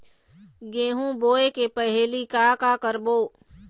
गेहूं बोए के पहेली का का करबो?